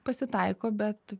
pasitaiko bet